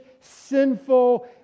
sinful